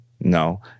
No